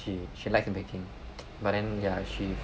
she she likes baking but then ya she